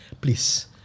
Please